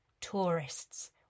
Tourists